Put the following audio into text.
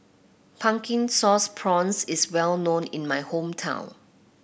Pumpkin Sauce Prawns is well known in my hometown